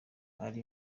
ari